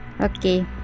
Okay